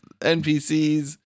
NPCs